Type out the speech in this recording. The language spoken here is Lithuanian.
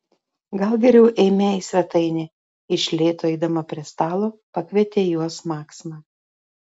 gal geriau eime į svetainę iš lėto eidama prie stalo pakvietė juos maksima